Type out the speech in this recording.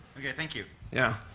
okay, thank you. yeah.